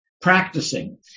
practicing